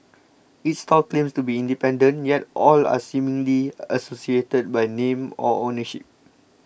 each stall claims to be independent yet all are seemingly associated by name or ownership